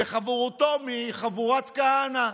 וחבורתו מחבורת כהנא.